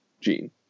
Gene